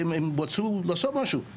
והם רצו לעשות משהו.